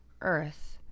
earth